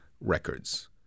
records